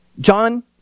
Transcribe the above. John